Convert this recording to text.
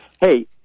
hey